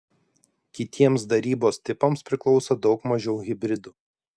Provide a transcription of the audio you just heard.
kitiems darybos tipams priklauso daug mažiau hibridų